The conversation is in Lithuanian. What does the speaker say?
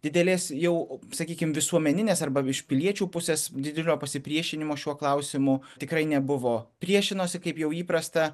didelės jau sakykim visuomeninės arba iš piliečių pusės didelio pasipriešinimo šiuo klausimu tikrai nebuvo priešinosi kaip jau įprasta